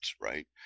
right